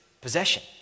possession